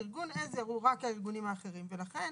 ארגון עזר הוא רק הארגונים האחרים ולכן